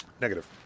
Negative